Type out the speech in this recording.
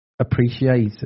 appreciate